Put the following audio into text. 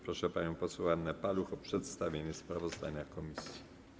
Proszę panią poseł Annę Paluch o przedstawienie sprawozdania komisji.